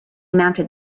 mounted